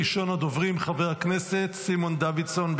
ראשון הדוברים חבר הכנסת סימון דוידסון.